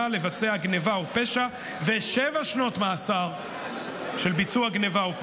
לבצע גנבה ופשע ושבע שנות מאסר על ביצוע גנבה או פשע.